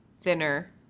thinner